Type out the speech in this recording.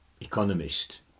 economist